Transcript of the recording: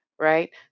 right